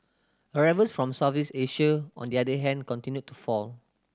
arrivals from Southeast Asia on the other hand continued to fall